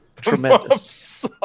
tremendous